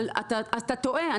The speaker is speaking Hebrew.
אתה טועה,